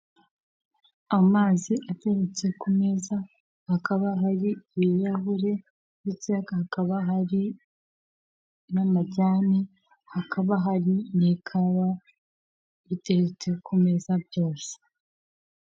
Amazi ateretse ku meza hakaba hari ibarahure ndetse hakaba hari n'amajyane hakaba hari n'ikawa biteretse ku meza byose.